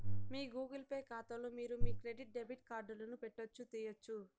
మీ Google Pay కాతాలో మీరు మీ క్రెడిట్ డెబిట్ కార్డులను పెట్టొచ్చు, తీయొచ్చు